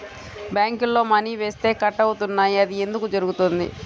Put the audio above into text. బ్యాంక్లో మని వేస్తే కట్ అవుతున్నాయి అది ఎందుకు జరుగుతోంది?